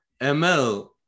ML